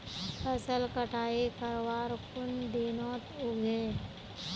फसल कटाई करवार कुन दिनोत उगैहे?